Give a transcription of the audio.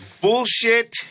bullshit